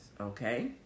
Okay